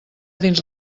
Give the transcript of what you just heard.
dins